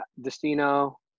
Destino